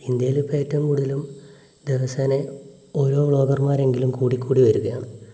ഇന്ത്യയിലിപ്പോൾ ഏറ്റവും കൂടുതലും ദിവസേന ഓരോ വ്ളോഗർമാരെങ്കിലും കൂടിക്കൂടി വരികയാണ്